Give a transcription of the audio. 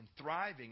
thriving